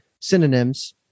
synonyms